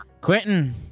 Quentin